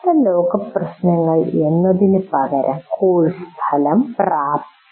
"യഥാർത്ഥ ലോകപ്രശ്നങ്ങൾ" എന്നതിന് പകരം കോഴ്സ് ഫലം പ്രാപ്തി